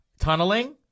tunneling